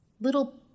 little –